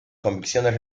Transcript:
convicciones